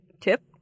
tip